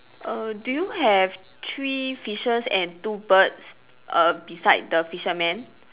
err do you have three fishes and two birds err beside the fisherman